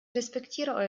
respektiere